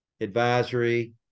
advisory